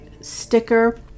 sticker